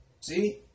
See